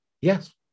Yes